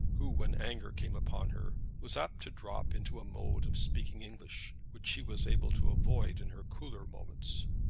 who, when anger came upon her, was apt to drop into a mode of speaking english which she was able to avoid in her cooler moments.